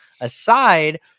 aside